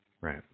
Right